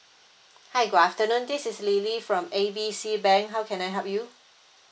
hi good afternoon this is lily from A B C bank how can I help you